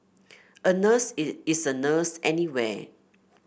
a nurse is a nurse anywhere